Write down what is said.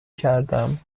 کردم